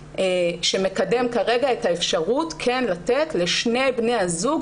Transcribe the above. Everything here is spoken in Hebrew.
שמקדם כרגע את האפשרות כן לתת לשני בני הזוג,